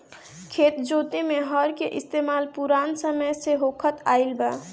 खेत जोते में हर के इस्तेमाल पुरान समय से होखत आइल बा